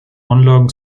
anlagen